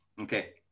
Okay